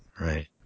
Right